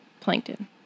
Plankton